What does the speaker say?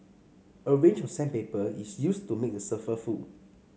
a range of sandpaper is used to make the surface